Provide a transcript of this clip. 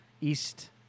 east